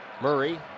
Murray